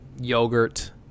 yogurt